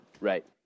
Right